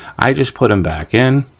i just put them back in.